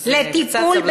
אז קצת סבלנות.